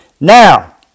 Now